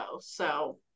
So-